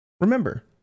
Remember